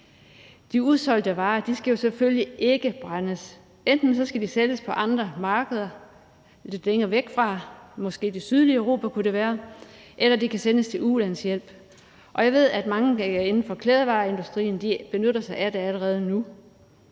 De usolgte varer skal selvfølgelig ikke brændes. Enten skal de sælges på andre markeder lidt længere væk – det kunne måske være i det sydlige Europa – eller de kan sendes til ulandshjælp. Og jeg ved, at mange inden for beklædningsindustrien benytter sig af det allerede nu.